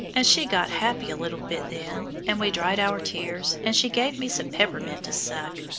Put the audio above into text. and she got happy a little bit then, and we dried our tears, and she gave me some peppermint to suck.